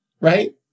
Right